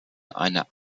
eine